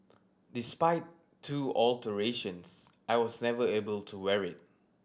despite two alterations I was never able to wear it